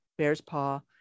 Bearspaw